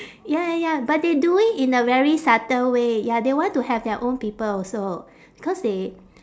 ya ya but they do it in a very subtle way ya they want to have their own people also cause they